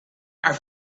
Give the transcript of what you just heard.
are